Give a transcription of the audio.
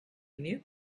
new